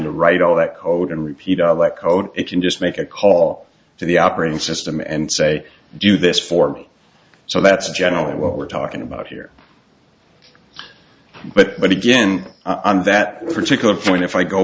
to write all that code and repeat of that code it can just make a call to the operating system and say do this for me so that's generally what we're talking about here but but again on that particular point if i go